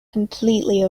completely